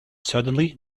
suddenly